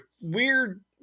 weird